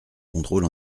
contrôle